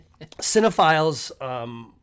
Cinephiles